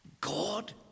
God